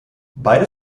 beide